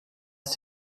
ist